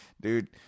dude